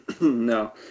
No